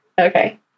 Okay